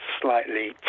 slightly